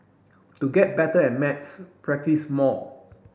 to get better at maths practise more